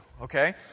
okay